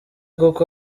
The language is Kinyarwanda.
koko